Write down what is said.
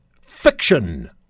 fiction